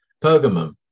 pergamum